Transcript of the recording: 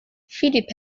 فیلیپ